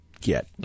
get